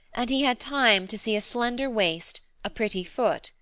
and he had time to see a slender waist, a pretty foot,